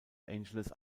angeles